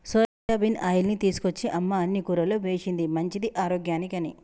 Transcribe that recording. soybean ఆయిల్ని తీసుకొచ్చి అమ్మ అన్ని కూరల్లో వేశింది మంచిది ఆరోగ్యానికి అని